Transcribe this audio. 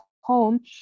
home